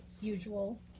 usual